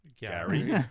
gary